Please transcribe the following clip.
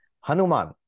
Hanuman